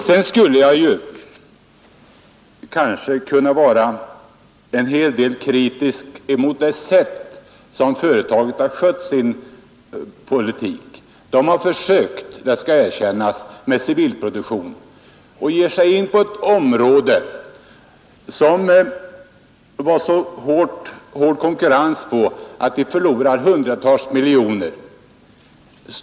Sedan skulle jag kanske kunna anföra en hel del kritik mot det sätt på vilket företaget skött sin politik. Man har försökt, det skall erkännas, med civil produktion. Men då har man givit sig in på ett område där konkurrensen var så hård att man förlorade hundratals miljoner kronor.